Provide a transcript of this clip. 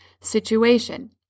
situation